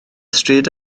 stryd